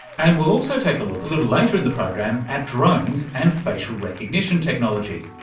and we'll also take a look a little later in the program at drones and facial recognition technology,